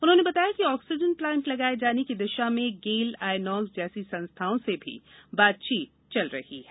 उन्होंने बताया कि ऑक्सीजन प्लांट लगाये जाने की दिशा में गेल आयनॉक्स जैसी संस्थाओं से भी बातचीत चल रही है